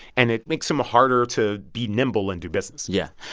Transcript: and it makes them ah harder to be nimble and do business yeah.